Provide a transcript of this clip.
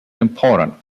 important